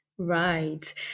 right